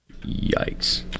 Yikes